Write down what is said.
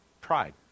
Pride